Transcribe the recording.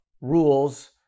rules